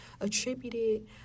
attributed